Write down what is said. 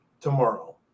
Tomorrow